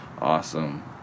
awesome